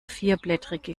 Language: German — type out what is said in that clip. vierblättrige